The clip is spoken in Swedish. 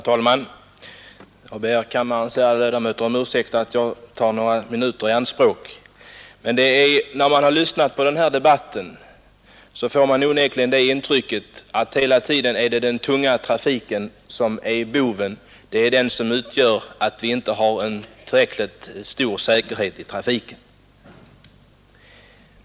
Herr talman! Jag ber kammarens ärade ledamöter om ursäkt att jag tar några minuter i anspråk, men när man lyssnat på den här debatten får man onekligen det intrycket att det är den tunga trafiken som är boven och att det är den som är orsak till att vi inte har tillräckligt stor säkerhet i trafiken.